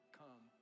come